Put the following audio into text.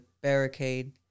barricade